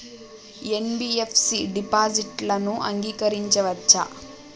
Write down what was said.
NBFC డిపాజిట్లను అంగీకరించవచ్చా?